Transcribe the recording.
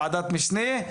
ועדת משנה.